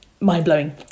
mind-blowing